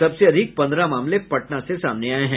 सबसे अधिक पन्द्रह मामले पटना से सामने आये हैं